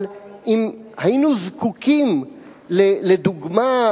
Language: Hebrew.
אבל אם היינו זקוקים לדוגמה,